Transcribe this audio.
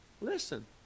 Listen